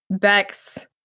Bex